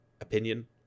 opinion